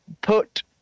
put